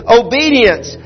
obedience